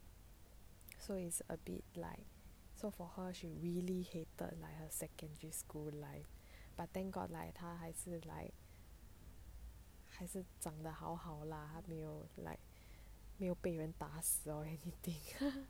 so it's a bit like so for her she really hated like her secondary school life but thank god like 她还是 like 还是长得好好啦她没有 like 没有被人打死 lor or anything